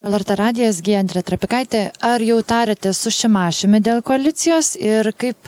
lrt radijas giedrė trapikaitė ar jau tarėtės su šimašiumi dėl koalicijos ir kaip